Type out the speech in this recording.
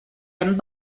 hem